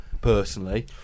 personally